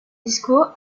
disco